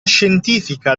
scientifica